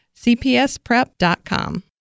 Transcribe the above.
cpsprep.com